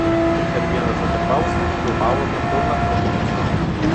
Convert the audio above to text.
per vieną tokią pauzę filmavome pilną autobusą